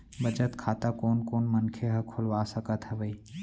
बचत खाता कोन कोन मनखे ह खोलवा सकत हवे?